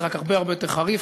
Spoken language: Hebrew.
זה רק הרבה הרבה יותר חריף,